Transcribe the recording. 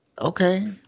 Okay